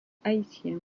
haïtien